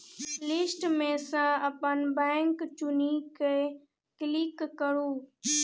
list मे सँ अपन बैंक चुनि कए क्लिक करु